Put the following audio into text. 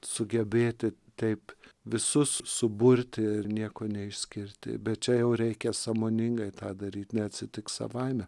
sugebėti taip visus suburti ir nieko neišsiskirti bet čia jau reikia sąmoningai tą daryt neatsitiks savaime